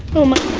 oh my